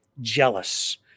jealous